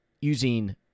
using